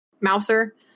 mouser